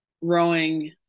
rowing